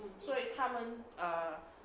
所以他们 err